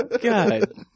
God